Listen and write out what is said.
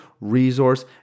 resource